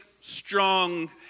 strong